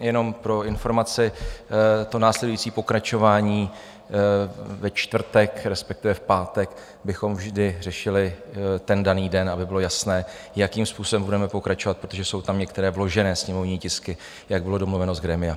Jenom pro informaci, následující pokračování ve čtvrtek, respektive v pátek, bychom vždy řešili ten daný den, aby bylo jasné, jakým způsobem budeme pokračovat, protože jsou tam některé vložené sněmovní tisky, jak bylo domluveno z grémia.